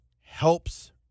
helps